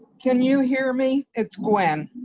can you hear me, it's gwen.